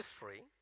history